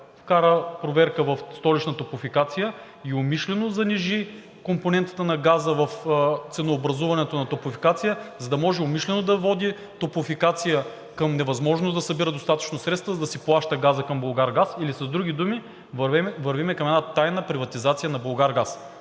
вкара проверка в Столичната топлофикация и умишлено занижи компонентата на газа в ценообразуването на „Топлофикация“, за да може умишлено да води „Топлофикация“ към невъзможност да събира достатъчно средства, за да си плаща газа към „Булгаргаз“? Или, с други думи, вървим към една тайна приватизация на „Булгаргаз“.